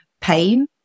pain